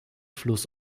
fluss